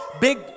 big